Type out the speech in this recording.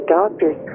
doctors